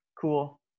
cool